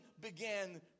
began